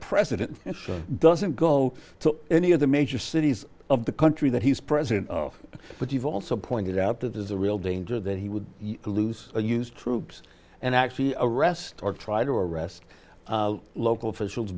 president doesn't go to any of the major cities of the country that he's president of but you've also pointed out that there's a real danger that he would lose the use troops and actually arrest or try to arrest local officials